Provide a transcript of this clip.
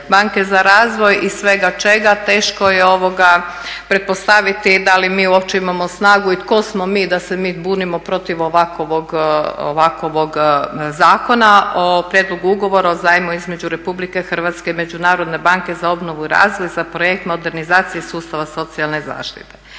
banke za razvoj i svega čega teško je ovoga pretpostaviti da li mi uopće imamo snagu i tko smo mi da se mi bunimo protiv ovakvog Zakona o prijedlogu ugovora u zajmu između RH i Međunarodne banke za obnovu i razvoj, za projekt modernizacije sustava socijalne zaštite.